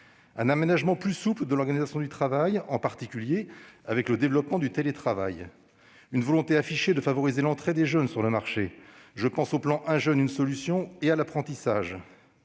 l'aménagement plus souple de l'organisation du travail, en particulier grâce au développement du télétravail. Il faut noter, ensuite, la volonté affichée de favoriser l'entrée des jeunes sur le marché. Je pense au plan « 1 jeune, 1 solution » et à l'apprentissage.